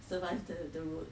survive the the road